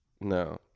no